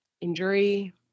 injury